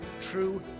true